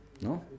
No